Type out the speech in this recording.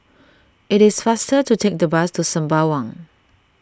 it is faster to take the bus to Sembawang